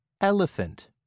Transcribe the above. Elephant